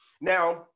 Now